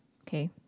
Okay